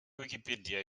wikipedia